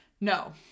No